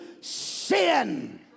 sin